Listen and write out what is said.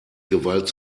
gewalt